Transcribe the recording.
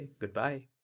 Goodbye